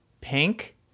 Pink